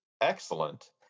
excellent